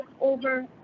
over